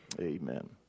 Amen